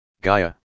Gaia